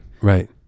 Right